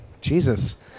Jesus